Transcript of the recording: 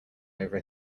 over